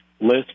list